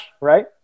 right